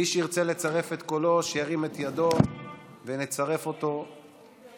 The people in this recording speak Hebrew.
מי שירצה לצרף את קולו שירים את ידו ונצרף אותו להצבעה.